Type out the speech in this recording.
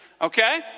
Okay